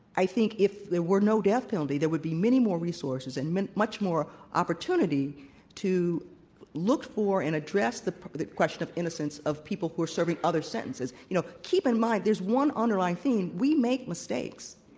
i think if there were no death penalty, there would be many more resources and much more opportunity to look for and address the question of innocence of people who are serving other sentences. you know, keep in mind, there's one underlying theme, we make mistakes,